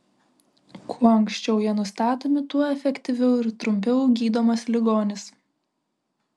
kuo anksčiau jie nustatomi tuo efektyviau ir trumpiau gydomas ligonis